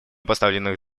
поставленных